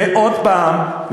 ועוד פעם,